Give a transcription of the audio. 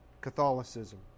Catholicism